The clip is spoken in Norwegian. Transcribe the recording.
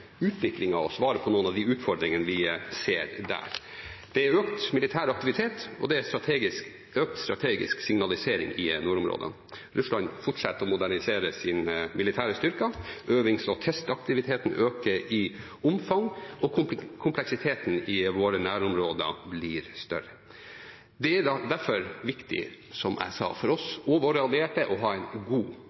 og svare på noen av de utfordringene vi ser der. Det er økt militær aktivitet, og det er økt strategisk signalisering i nordområdene. Russland fortsetter å modernisere sine militære styrker, øvings- og testaktiviteten øker i omfang, og kompleksiteten i våre nærområder blir større. Det er derfor viktig, som jeg sa, for oss og våre allierte å ha en god